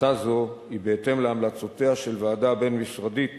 החלטה זו היא בהתאם להמלצותיה של ועדה בין-משרדית